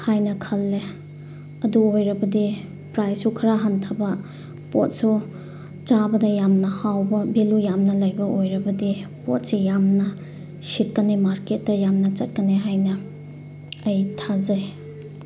ꯍꯥꯏꯅ ꯈꯜꯂꯦ ꯑꯗꯨ ꯑꯣꯏꯔꯕꯗꯤ ꯄ꯭ꯔꯥꯏꯁꯁꯨ ꯈꯔ ꯍꯟꯊꯕ ꯄꯣꯠꯁꯨ ꯆꯥꯕꯗ ꯌꯥꯝꯅ ꯍꯥꯎꯕ ꯚꯦꯜꯂꯨ ꯌꯥꯝꯅ ꯂꯩꯕ ꯑꯣꯏꯔꯕꯗꯤ ꯄꯣꯠꯁꯦ ꯌꯥꯝꯅ ꯁꯤꯠꯀꯅꯤ ꯃꯥꯔꯀꯦꯠꯇ ꯌꯥꯝꯅ ꯆꯠꯀꯅꯤ ꯍꯥꯏꯅ ꯑꯩ ꯊꯥꯖꯩ